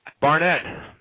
Barnett